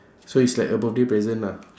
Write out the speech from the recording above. so it's like a birthday present lah